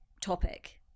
topic